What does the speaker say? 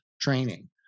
training